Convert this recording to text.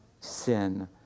sin